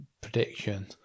prediction